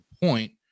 point